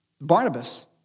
Barnabas